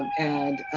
and,